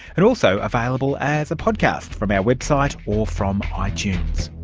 and also available as a podcast from our website or from itunes.